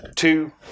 two